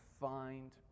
find